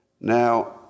Now